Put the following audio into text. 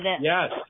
Yes